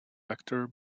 actor